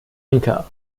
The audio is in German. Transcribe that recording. lanka